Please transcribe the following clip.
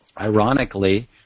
ironically